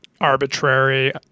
arbitrary